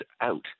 out